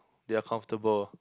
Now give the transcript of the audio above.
they are comfortable